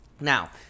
Now